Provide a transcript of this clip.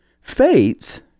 faith